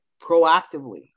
proactively